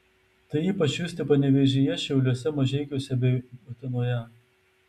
tai ypač justi panevėžyje šiauliuose mažeikiuose bei utenoje